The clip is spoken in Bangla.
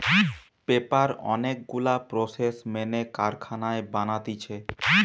পেপার অনেক গুলা প্রসেস মেনে কারখানায় বানাতিছে